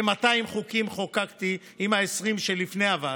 כ-200 חוקים חוקקתי עם ה-20 שלפני הוועדה.